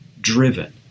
driven